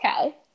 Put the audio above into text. okay